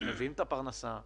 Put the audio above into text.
מביאים את הפרנסה,